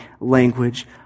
language